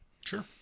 Sure